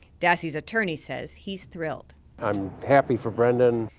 dassey's attorney says he's thrilled. i'm happy for brendan.